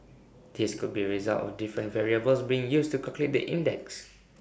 this could be A result of different variables being used to calculate the index